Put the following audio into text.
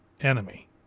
enemy